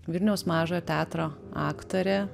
vilniaus mažojo teatro aktorė